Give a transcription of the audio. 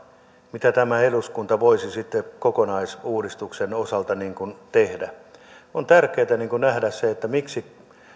mitä tämä eduskunta voisi sitten kokonaisuudistuksen osalta tehdä on tärkeätä nähdä se miksi